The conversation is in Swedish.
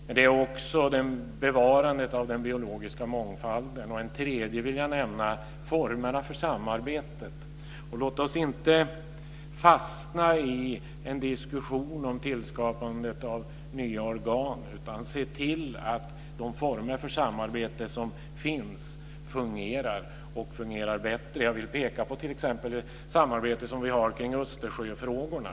Men det är också bevarandet av den biologiska mångfalden. En tredje som jag vill nämna är formerna för samarbetet. Låt oss inte fastna i en diskussion om tillskapandet av nya organ utan se till att de former för samarbete som finns fungerar och fungerar bättre. Jag vill peka på t.ex. det samarbete som vi har kring Östersjöfrågorna.